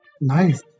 Nice